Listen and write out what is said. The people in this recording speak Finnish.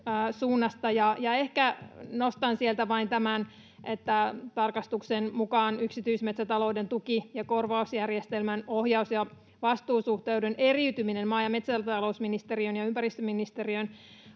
nostan sieltä vain tämän, että tarkastuksen mukaan yksityismetsätalouden tuki- ja korvausjärjestelmän ohjaus- ja vastuusuhteiden eriytyminen maa- ja metsätalousministeriön ja ympäristöministeriön